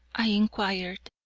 i inquired.